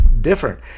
different